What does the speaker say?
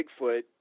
Bigfoot